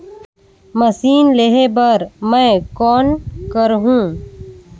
Machine लेहे बर मै कौन करहूं?